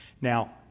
Now